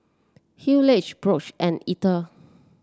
Hayleigh Brook and Eller